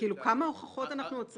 כאילו כמה הוכחות אנחנו עוד צריכים?